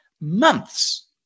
months